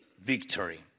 victory